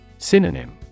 Synonym